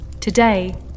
Today